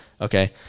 Okay